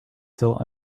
still